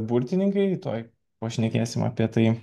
burtininkai tuoj pašnekėsim apie tai